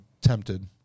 tempted